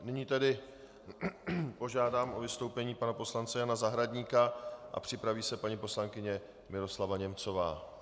Nyní tedy požádám o vystoupení pana poslance Zahradníka a připraví se paní poslankyně Miroslava Němcová.